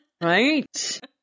Right